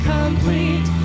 complete